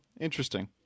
interesting